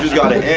got to,